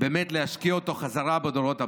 באמת להשקיע אותו חזרה בדורות הבאים.